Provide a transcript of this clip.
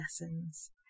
Lessons